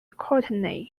courtenay